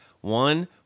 one